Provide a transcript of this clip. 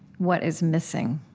what is missing?